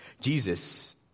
Jesus